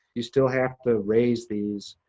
you still have to raise these.